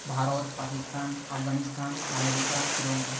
Bharat Pakistan Afghanistan America Sri Lanka